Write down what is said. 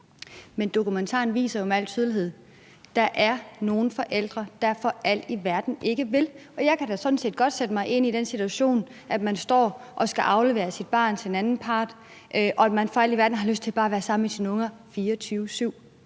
Men dokumentaren viser jo med al tydelighed, at der er nogle forældre, der for alt i verden ikke vil, og jeg kan da sådan set godt sætte mig ind i den situation, at man står og skal aflevere sit barn til en anden part og man kun har lyst til bare at være sammen med sine unger 24-7.